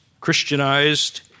Christianized